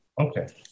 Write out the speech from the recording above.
okay